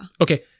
Okay